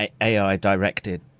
AI-directed